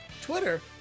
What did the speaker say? Twitter